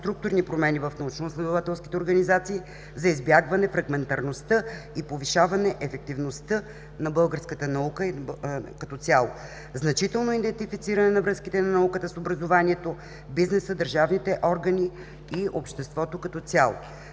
структурни промени в научноизследователските организации за избягване фрагментарността и повишаване ефективността на българската наука като цяло, значително идентифициране на връзките на науката с образованието, бизнеса, държавните органи и обществото като цяло.